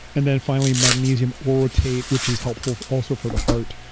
and then finally magnesium orotate, which is helpful also for the heart,